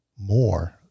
more